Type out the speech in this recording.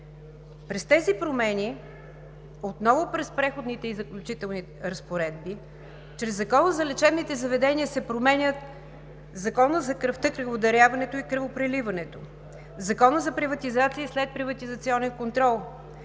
През тези промени, отново през Преходните и заключителните разпоредби, чрез Закона за лечебните заведения се променят Законът за кръвта, кръводаряването и кръвопреливането, Законът за приватизация и следприватизационен контрол,